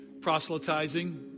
proselytizing